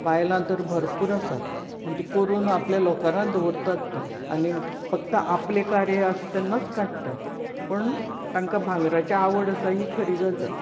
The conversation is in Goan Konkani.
बायलांक तर भरपूर आसा आनी तें करून आपले लॉकरांत दवरतात तीं आनी फक्त आपलें कार्य आसता तेन्नाच काडटात पण तांकां भांगराची आवड आसा ही खरी गजाल